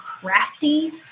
crafty